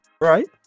right